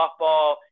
softball